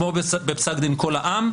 כמו בפסק דין "קול העם",